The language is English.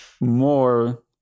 More